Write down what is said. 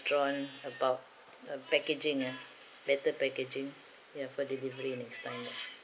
restaurant about the packaging ah better packaging yeah for delivery next time